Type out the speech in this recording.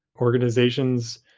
organizations